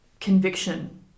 conviction